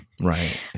right